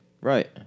Right